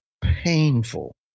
painful